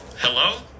Hello